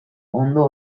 ondo